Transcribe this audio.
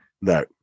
No